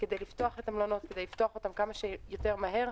כדי לפתוח את המלונות כמה שיותר מהר.